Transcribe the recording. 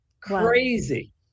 crazy